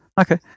okay